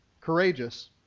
courageous